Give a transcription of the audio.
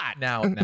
Now